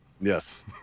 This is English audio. Yes